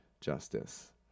justice